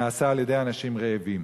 נעשה על-ידי אנשים רעבים.